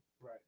Right